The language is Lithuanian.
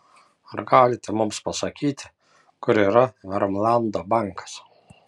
ar galite mums pasakyti kur yra vermlando bankas